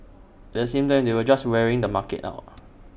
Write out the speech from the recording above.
the same time they were just wearing the market out